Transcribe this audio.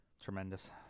Tremendous